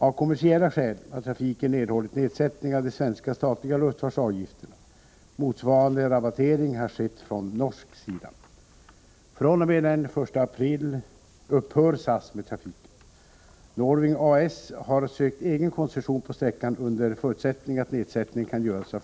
Av kommersiella skäl har trafiken erhållit nedsättning av de svenska statliga luftfartsavgifterna. Motsvarande rabattering har skett från norsk sida.